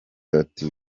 ati